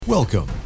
Welcome